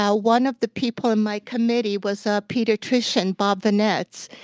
ah one of the people in my committee was a pediatrician, bob venets,